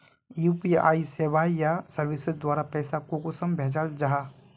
UPI सेवाएँ या services द्वारा पैसा कुंसम भेजाल जाहा?